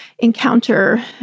Encounter